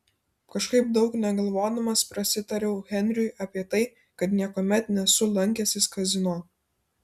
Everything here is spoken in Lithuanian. kažkaip daug negalvodamas prasitariau henriui apie tai kad niekuomet nesu lankęsis kazino